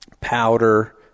powder